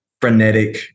frenetic